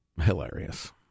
Hilarious